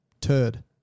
turd